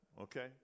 Okay